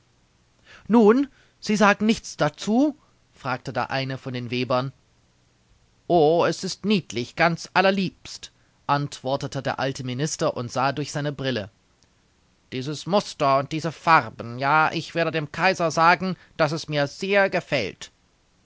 nun sie sagen nichts dazu fragte der eine von den webern o es ist niedlich ganz allerliebst antwortete der alte minister und sah durch seine brille dieses muster und diese farben ja ich werde dem kaiser sagen daß es mir sehr gefällt